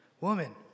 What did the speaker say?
Woman